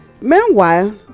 Meanwhile